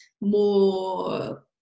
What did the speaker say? more